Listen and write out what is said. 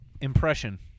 Impression